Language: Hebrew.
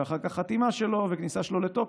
ואחר כך חתימה וכניסה שלו לתוקף,